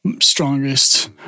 strongest